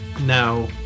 Now